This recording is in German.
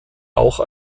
auch